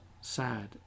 sad